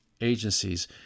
agencies